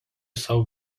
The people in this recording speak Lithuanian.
sau